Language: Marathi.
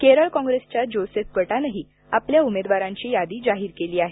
केरळ काँग्रेसच्या जोसेफ गटानंही आपल्या उमेदवारांची यादी जाहीर केली आहे